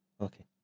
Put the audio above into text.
Okay